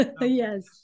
Yes